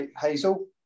hazel